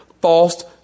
false